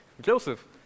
Joseph